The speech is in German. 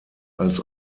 als